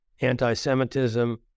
anti-Semitism